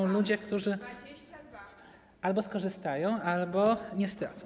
To są ludzie, którzy albo skorzystają, albo nie stracą.